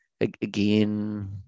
Again